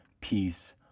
peace